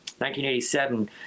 1987